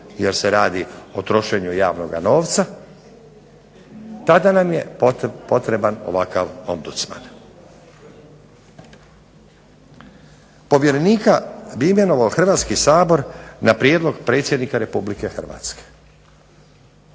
jer se radi o trošenju javnoga novca tada nam je potreban ovakav ombdusman. Povjerenika bi imenovao Hrvatski sabor na prijedlog predsjednika RH.